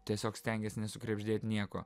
tiesiog stengies nesukrebždėt nieko